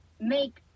make